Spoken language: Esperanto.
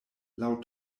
laŭ